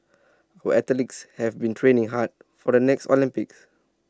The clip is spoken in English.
we athletes have been training hard for the next Olympics